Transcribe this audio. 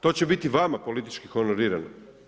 To će biti vama politički honorirano.